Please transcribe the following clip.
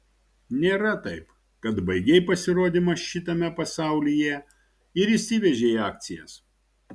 nėra taip kad baigei pasirodymą šitame pasaulyje ir išsivežei akcijas